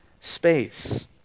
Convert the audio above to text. space